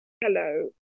hello